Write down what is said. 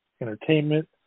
entertainment